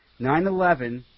9-11